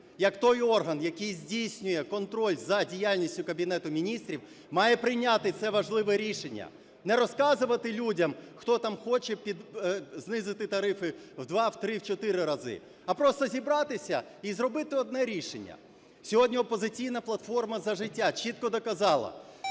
як той орган, який здійснює контроль за діяльністю Кабінету Міністрів, має прийняти це важливе рішення. Не розказувати людям, хто там хоче знизити тарифи в два, в три, в чотири рази, а просто зібратися і зробити одне рішення. Сьогодні "Опозиційна платформа - За життя" чітко доказала,